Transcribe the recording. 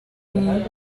ont